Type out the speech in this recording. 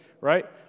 right